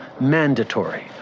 mandatory